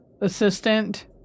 assistant